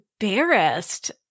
embarrassed